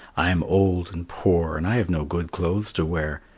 i am old and poor and i have no good clothes to wear,